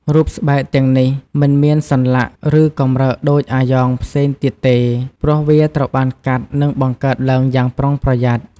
រូបស្បែកទាំងនេះ មិនមានសន្លាក់ ឬកម្រើកដូចអាយ៉ងផ្សេងទៀតទេ ព្រោះវាត្រូវបានកាត់ និងបង្កើតឡើងយ៉ាងប្រុងប្រយ័ត្ន។